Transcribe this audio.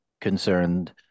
concerned